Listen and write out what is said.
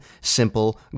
simple